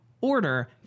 order